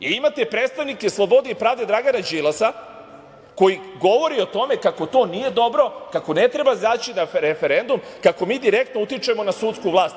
Imate predstavnika Slobode i pravde Dragana Đilasa koji govori o tome kako to nije dobro, kako ne treba izaći na referendum, kako mi direktno utičemo na sudsku vlast.